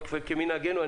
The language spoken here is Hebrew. כמנהגנו,